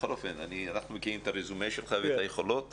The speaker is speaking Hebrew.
בכל אופן, אנחנו מכירים את הרזומה שלך ואת היכולות